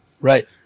Right